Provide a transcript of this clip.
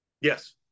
Yes